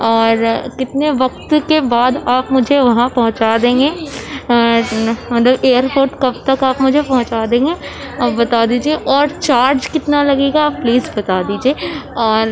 اور کتنے وقت کے بعد آپ مجھے وہاں پہنچا دیں گے مطلب ایئر پورٹ کب تک آپ مجھے پہنچا دیں گے آپ بتا دیجیے اور چارج کتنا لگے گا آپ پلیز بتا دیجیے اور